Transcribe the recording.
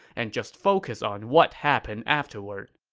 and just focus on what happened afterward.